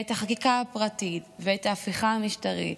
ואת החקיקה הפרטית, ואת ההפיכה המשטרית,